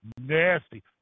nasty